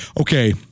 okay